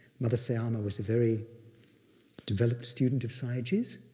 mother sayama was a very developed student of sayagyi's.